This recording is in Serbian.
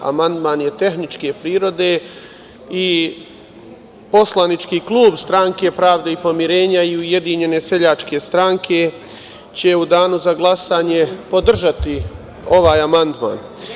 Amandman je tehničke prirode i poslanički klub Stranke pravde i pomirenja i Ujedinjene seljačke stranke će u Danu za glasanje podržati ovaj amandman.